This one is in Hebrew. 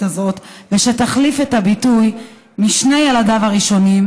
הזאת ושתחליף את הביטוי "משני ילדיו הראשונים"